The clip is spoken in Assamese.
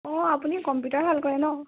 অঁ আপুনি কম্পিটাৰ ভাল কৰে ন